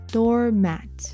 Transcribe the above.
Doormat